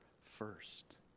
first